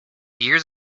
years